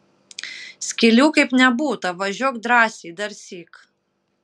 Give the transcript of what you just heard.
skylių kaip nebūta važiuok drąsiai darsyk